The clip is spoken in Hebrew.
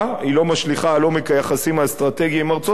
היא לא משליכה על עומק היחסים האסטרטגיים עם ארצות-הברית,